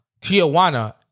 Tijuana